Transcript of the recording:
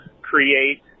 create